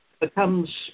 becomes